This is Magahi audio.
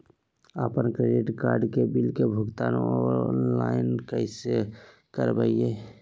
अपन क्रेडिट कार्ड के बिल के भुगतान ऑनलाइन कैसे करबैय?